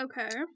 Okay